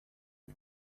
has